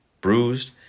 bruised